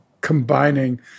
combining